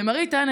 למראית עין,